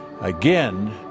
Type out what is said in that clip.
again